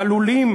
עלולים,